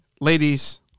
ladies